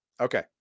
Okay